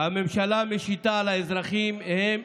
שהממשלה משיתה על האזרחים, המיסים,